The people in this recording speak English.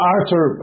Arthur